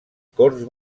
corts